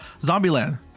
Zombieland